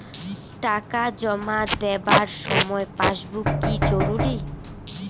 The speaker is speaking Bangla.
টাকা জমা দেবার সময় পাসবুক কি জরুরি?